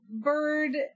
Bird